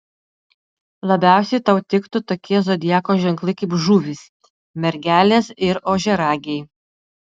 labiausiai tau tiktų tokie zodiako ženklai kaip žuvys mergelės ir ožiaragiai